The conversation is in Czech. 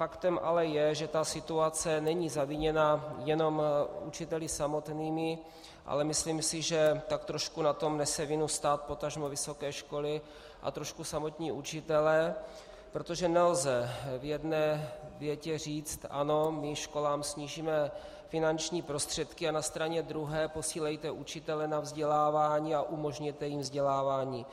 Faktem ale je, že ta situace není zaviněna jenom učiteli samotnými, ale myslím si, že tak trošku na tom nese vinu stát, potažmo vysoké školy a trošku samotní učitelé, protože nelze v jedné větě říct ano, my školám snížíme finanční prostředky, a na straně druhé posílejte učitele na vzdělávání a umožněte jim vzdělávání.